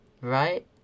Right